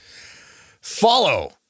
follow